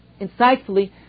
insightfully